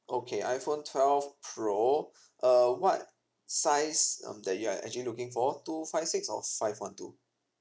okay iphone twelve pro uh what size um that you are actually looking for two five six or five one two